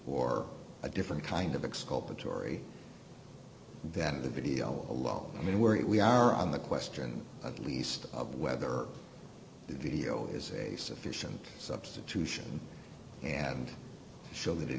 or a different kind of exculpatory that the video alone i mean worry we are on the question at least of whether the video is a sufficient substitution and show that it